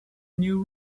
new